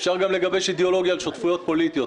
אפשר לגבש אידאולוגיה גם על שותפויות פוליטיות,